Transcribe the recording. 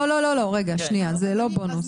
לא, לא, לא, זה לא בונוס.